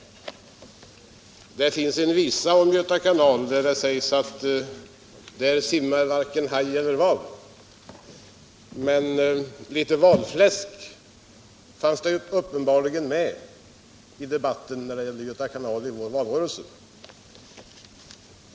Det finns en visa om Göta kanal i vilken sägs: där simmar varken haj eller val. Men litet valfläsk fanns det uppenbarligen med i debatten om Göta kanal i valrörelsen.